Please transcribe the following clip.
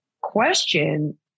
question